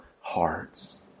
hearts